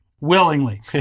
willingly